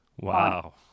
Wow